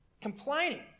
complaining